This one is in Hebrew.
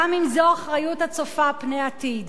גם אם זו אחריות הצופה פני עתיד.